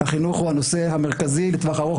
החינוך הוא הנושא המרכזי לטווח ארוך,